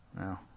No